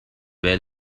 well